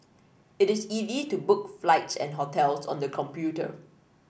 it is easy to book flights and hotels on the computer